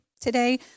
today